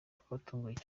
twatunguwe